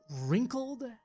wrinkled